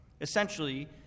essentially